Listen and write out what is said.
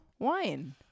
wine